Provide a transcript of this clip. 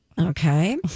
Okay